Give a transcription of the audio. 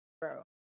bro